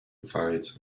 fights